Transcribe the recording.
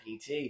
PT